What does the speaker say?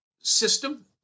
system